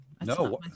No